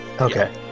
Okay